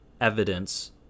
evidence